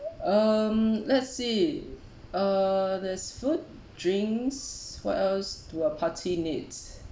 um let's see uh there's food drinks what else do a party needs